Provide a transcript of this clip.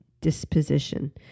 disposition